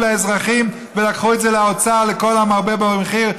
לאזרחים ולקחו את זה לאוצר לכל המרבה במחיר,